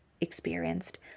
Experienced